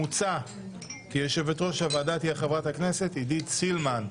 מוצע כי יושבת-ראש הוועדה תהיה חברת הכנסת עידית סילמן.